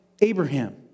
Abraham